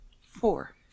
Four